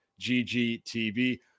GGTV